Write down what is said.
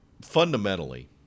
fundamentally